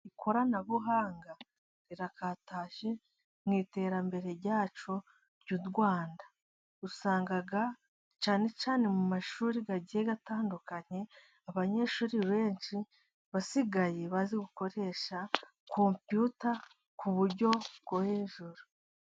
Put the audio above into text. Ikoranabuhanga rirakataje mu iterambere ryacu ry'u Rwanda. Usanga cyane cyane mu mashuri agiye atandukanye, abanyeshuri benshi basigaye bazi gukoresha compiyuta ku buryo bwo hejuru.